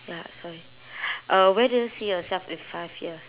ya sorry uh where do you see yourself in five years